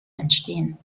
entstehen